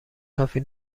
کافی